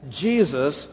Jesus